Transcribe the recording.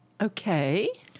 okay